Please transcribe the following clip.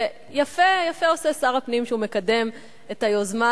ויפה עושה שר הפנים שהוא מקדם את היוזמה